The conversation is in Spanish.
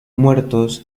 muertos